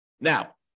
Now